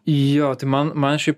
jo tai man nan šiaip